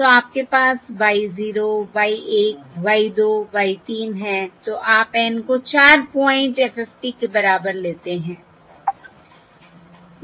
तो आपके पास y 0 y 1 y 2 y 3 है तो आप N को 4 पॉइंट FFT के बराबर लेते हैं